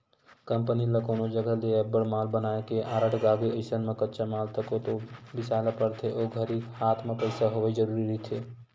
company ल कोनो जघा ले अब्बड़ माल बनाए के आरडर आगे अइसन म कच्चा माल तको तो बिसाय ल परथे ओ घरी हात म पइसा होवई जरुरी रहिथे